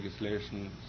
legislation